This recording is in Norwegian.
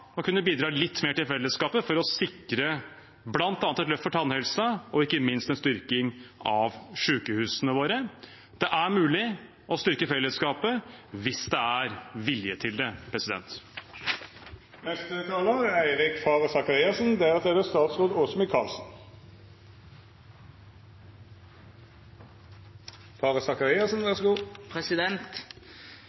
kunne bidra litt mer til fellesskapet for å sikre bl.a. et løft for tannhelsen og ikke minst en styrking av sykehusene våre. Det er mulig å styrke fellesskapet hvis det er vilje til det. I utgangspunktet skulle jeg ikke tegne meg her, men jeg følte behov for å gjøre det